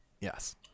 Yes